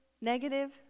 negative